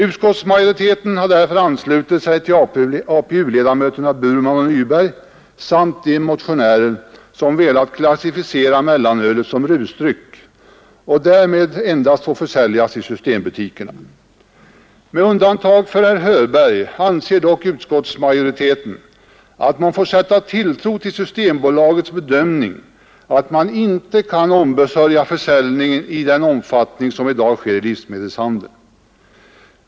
Utskottsmajoriteten har därför anslutit sig till den uppfattning som APU-ledamöterna Burman och Nyberg företräder liksom de motionärer som velat klassificera mellanölet som rusdryck så att det därmed endast får försäljas i systembutikerna. Med undantag för herr Hörberg anser dock utskottsmajoriteten att man får sätta tilltro till systembolagets bedömning att man inte kan ombesörja försäljningen i den omfattning som i dag sker i livsmedelshandeln.